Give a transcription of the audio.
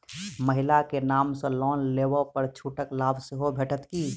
महिला केँ नाम सँ लोन लेबऽ पर छुटक लाभ सेहो भेटत की?